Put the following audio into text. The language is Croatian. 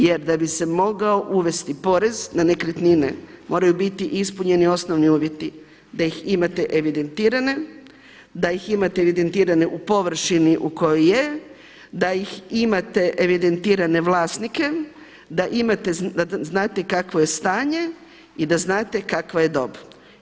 Jer da bi se mogao uvesti porez na nekretnine moraju biti ispunjeni osnovni uvjeti da ih imate evidentirane, da ih imate evidentirane u površini u kojoj je, da ih imate evidentirane vlasnike, da imate, da znate kakvo je stanje i da znate kakva je dob.